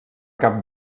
cap